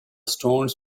stones